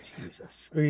Jesus